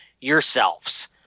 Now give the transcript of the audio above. yourselves